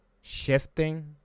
shifting